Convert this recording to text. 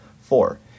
four